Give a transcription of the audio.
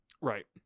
Right